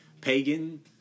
Pagan